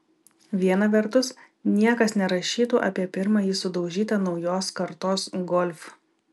viena vertus niekas nerašytų apie pirmąjį sudaužytą naujos kartos golf